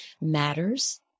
matters